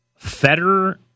Federer